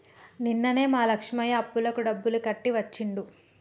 నిన్ననే మా లక్ష్మయ్య అప్పులకు డబ్బులు కట్టి వచ్చిండు